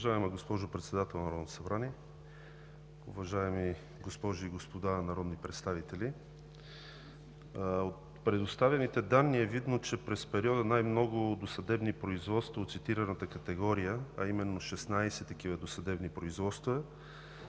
Уважаема госпожо Председател на Народното събрание, уважаеми госпожи и господа народни представители! От предоставените данни е видно, че през периода най-много досъдебни производства от цитираната категория, а именно 16 такива, отново са